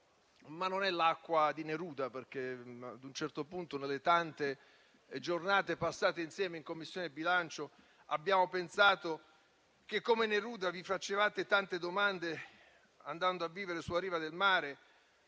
ma non è l'acqua di Neruda, perché ad un certo punto, nelle tante giornate passate insieme in Commissione bilancio, abbiamo pensato che, come Neruda, vi faceste tante domande andando a vivere sulla riva del mare.